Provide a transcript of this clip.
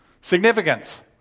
Significance